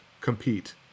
compete